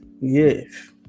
Yes